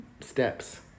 steps